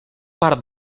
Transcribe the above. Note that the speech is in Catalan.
part